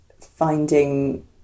finding